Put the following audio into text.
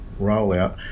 rollout